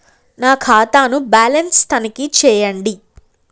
నా ఖాతా ను బ్యాలన్స్ తనిఖీ చేయండి?